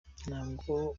ntabwo